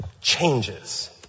changes